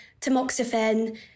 tamoxifen